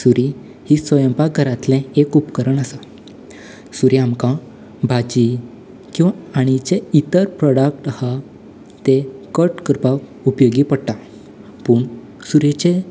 सुरी हि स्वंयपाक घरांतलें एक उपकरण आसा सुरी आमकां भाजी किंवा आनीचे इतर प्रोडक्ट आहा तें कट करपाक उपयोगी पडटा पूण सूरयेचें